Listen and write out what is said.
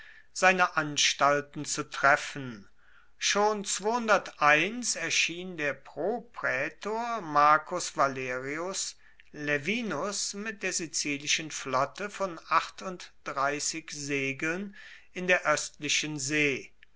seine anstalten zu treffen schon erschien der propraetor marcus valerius laevinus mit der sizilischen flotte von segeln in der oestlichen see